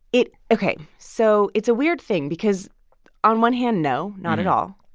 it ok. so it's a weird thing because on one hand, no, not at all.